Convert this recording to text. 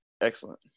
excellent